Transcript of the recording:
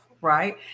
right